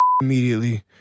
immediately